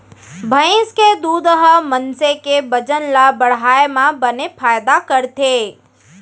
भईंस के दूद ह मनसे के बजन ल बढ़ाए म बने फायदा करथे